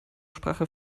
sprache